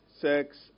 sex